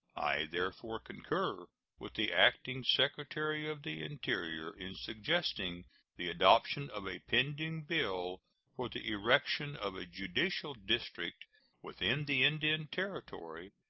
i therefore concur with the acting secretary of the interior in suggesting the adoption of a pending bill for the erection of a judicial district within the indian territory,